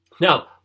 Now